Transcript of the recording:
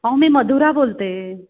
हो मी मधुरा बोलते